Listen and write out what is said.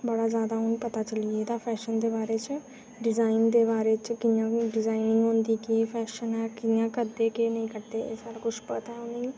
बड़ा जादा हू'न पता चली गेदा फैशन दे बारै च डिजाइनिंग दे बारै च कि'यां डिजाइनिंग होंदी केह् फैशन ऐ कियां करदे केह् नेईं करदे ते सारा कुछ पता ऐ उ'नेंगी